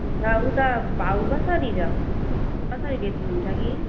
हुन्छ उता भाउ कसरी छ कसरी बेच्नुहुन्छ कि